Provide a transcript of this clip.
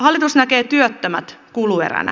hallitus näkee työttömät kulueränä